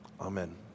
Amen